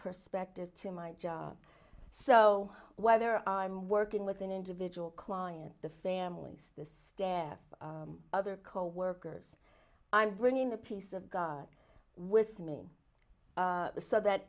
perspective to my job so whether i'm working with an individual client the families the staff other coworkers i'm bringing a piece of god with me so that